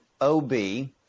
OB